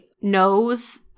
knows